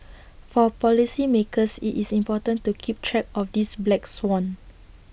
for policymakers IT is important to keep track of this black swan